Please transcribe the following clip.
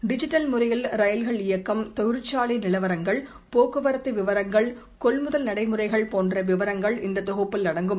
digital முறையில் ரயில்கள் இயக்கம் தொழிற்சாலை நிலவரங்கள் போக்குவரத்து விவரங்கள் கொள் முதல் நடைமுறைகள் போன்ற விவரங்கள் இந்த தொகுப்பில் அடங்கும்